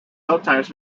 sometimes